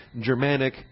germanic